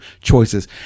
choices